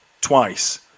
twice